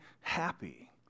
happy